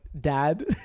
dad